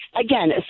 again